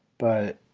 but.